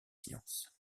sciences